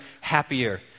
happier